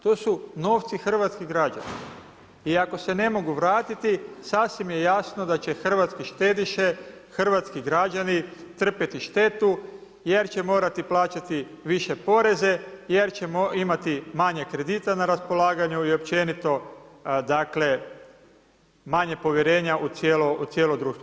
To su novci hrvatskih građana i ako se ne mogu vratiti, sasvim je jasno da će hrvatski štediše, hrvatski građani trpjeti štetu jer će morati plaćati više poreze, jer će imati manje kredita na raspolaganju i općenito dakle, manje povjerenja u cijelo društvo.